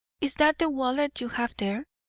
is that the wallet you have there?